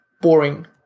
boring